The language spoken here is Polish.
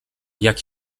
jak